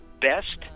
best